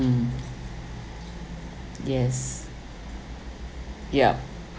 mm yes yup